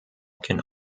can